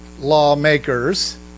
lawmakers